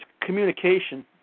communication